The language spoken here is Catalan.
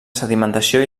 sedimentació